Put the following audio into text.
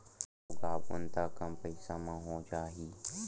का उगाबोन त कम पईसा म हो जाही?